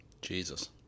Jesus